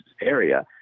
area